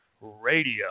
Radio